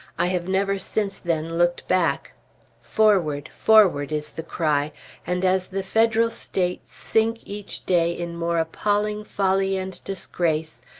i have never since then looked back forward, forward! is the cry and as the federal states sink each day in more appalling folly and disgrace,